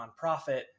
nonprofit